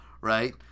Right